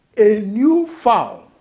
a new fowl,